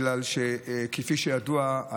כי כפי שידוע,